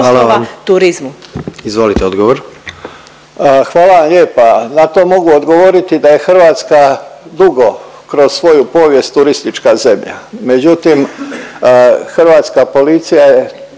Davor (HDZ)** Hvala lijepa. Na to mogu odgovoriti da je Hrvatska dugo kroz svoju povijest turistička zemlja, međutim hrvatska policija je